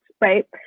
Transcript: right